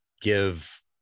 give